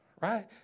right